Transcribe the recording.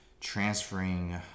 transferring